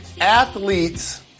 athletes